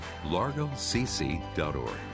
largocc.org